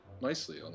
nicely